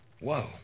Whoa